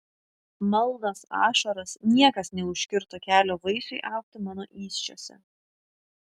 maldos ašaros niekas neužkirto kelio vaisiui augti mano įsčiose